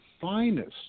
finest